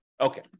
okay